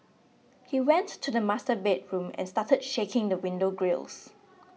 he went to the master bedroom and started shaking the window grilles